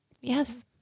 Yes